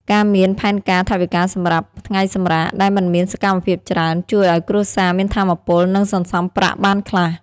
ការមានផែនការថវិកាសម្រាប់ "ថ្ងៃសម្រាក" ដែលមិនមានសកម្មភាពច្រើន ជួយឱ្យគ្រួសារមានថាមពល និងសន្សំប្រាក់បានខ្លះ។